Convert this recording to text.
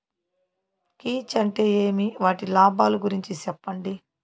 కీచ్ అంటే ఏమి? వాటి లాభాలు గురించి సెప్పండి?